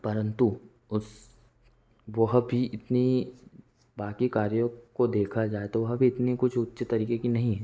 परंतु उस वह भी इतनी बाकी कार्यों को देखा जाय तो वह भी इतने कुछ उच्च तरीके कि नहीं है